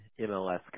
MLS